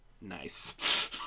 Nice